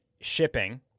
shipping